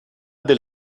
del